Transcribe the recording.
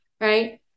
right